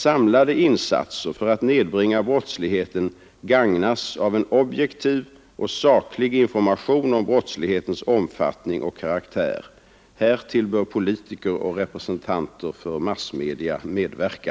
Samlade insatser för att nedbringa brottsligheten gagnas av en objektiv och saklig information om brottslighetens omfattning och karaktär. Härtill bör politiker och representanter för massmedia medverka.